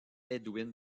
edwin